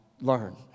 learn